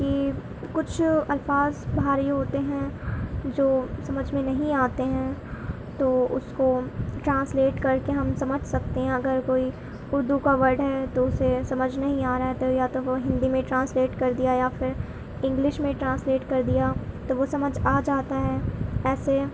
کہ کچھ الفاظ بھاری ہوتے ہیں جو سمجھ میں نہیں آتے ہیں تو اس کو ٹرانسلیٹ کرکے ہم سمجھ سکتے ہیں اگر کوئی اردو کا ورڈ ہے تو اسے سمجھ نہیں آ رہا ہے تو یا تو وہ ہندی میں ٹرانسلیٹ کر دیا یا پھر انگلش میں ٹرانسلیٹ کر دیا تو وہ سمجھ آ جاتا ہے ایسے